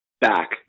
back